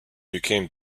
became